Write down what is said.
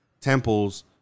temples